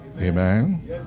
Amen